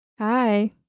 hi